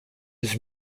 his